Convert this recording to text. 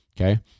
okay